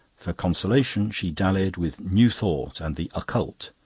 for consolation she dallied with new thought and the occult.